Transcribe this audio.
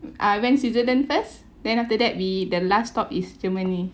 ah went switzerland first then after that we the last stop is germany